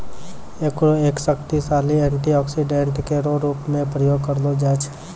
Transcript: एकरो एक शक्तिशाली एंटीऑक्सीडेंट केरो रूप म प्रयोग करलो जाय छै